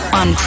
on